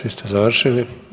Vi ste završili.